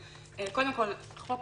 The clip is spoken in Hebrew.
קודם כל, חוק